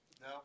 No